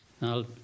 Now